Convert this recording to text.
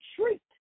treat